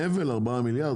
מעבר ל-4 מיליארד.